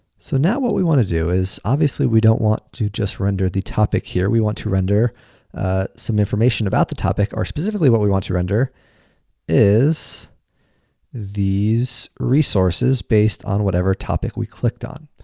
so, now what we wanna do is obviously we don't want to just render the topic here, we want to render some information about the topic, or specifically what we want to render is these resources based on whatever topic we clicked on.